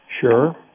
Sure